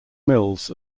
mills